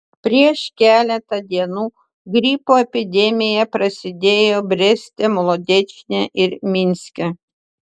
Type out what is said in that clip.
prieš keletą dienų gripo epidemija prasidėjo breste molodečne ir minske